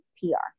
P-R